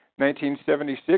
1976